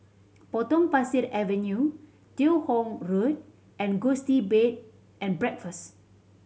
Potong Pasir Avenue Teo Hong Road and Gusti Bed and Breakfast